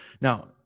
Now